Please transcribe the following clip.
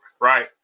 right